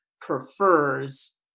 prefers